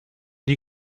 die